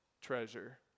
treasure